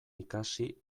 ikasi